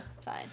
fine